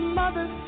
mother